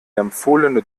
empfohlene